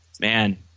Man